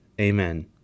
Amen